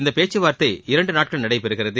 இந்த பேச்சுவார்த்தை இரண்டுநாட்கள் நடைபெறுகிறது